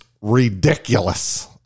ridiculous